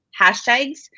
hashtags